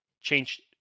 change